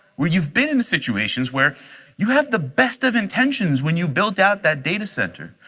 where you've been in situations where you have the best of intentions when you build out that data center.